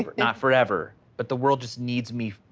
but not forever, but the world just needs me.